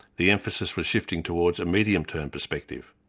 the emphasis was shifting towards a medium-term perspective.